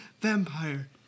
vampire